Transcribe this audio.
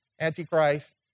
Antichrist